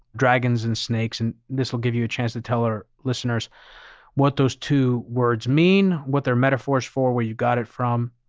dragons and snakes? and this will give you a chance to tell our listeners what those two words mean, what they're metaphors for, where you got it from.